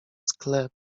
sklep